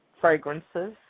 fragrances